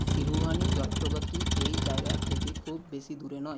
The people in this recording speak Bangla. সিরুভানি জলপ্রপাতটি এই জায়গা থেকে খুব বেশি দূরে নয়